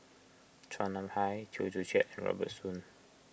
Chua Nam Hai Chew Joo Chiat and Robert Soon